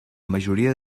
majoria